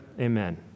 Amen